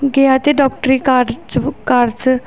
ਗਿਆ ਅਤੇ ਡਾਕਟਰੀ ਕਾਰਜ 'ਚ ਕਾਰਜ